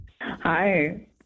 Hi